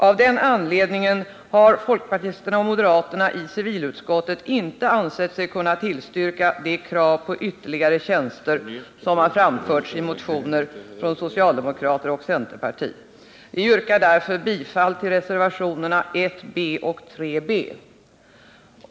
Av den anledningen har folkpartisterna och moderaterna i civilutskottet inte ansett sig kunna tillstyrka de krav på ytterligare tjänster som har framförts i motioner från socialdemokraterna och centerpartiet. Vi yrkar därför bifall till reservationerna 1 b och 3 b.